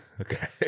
okay